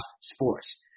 sports